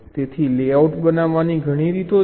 તેથી લેઆઉટ બનાવવાની ઘણી રીતો છે